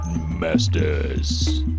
Masters